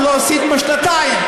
את לא עשית בשנתיים,